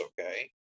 Okay